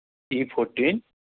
E fourteen